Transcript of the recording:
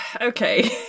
Okay